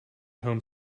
home